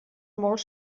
molt